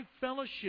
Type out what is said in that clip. fellowship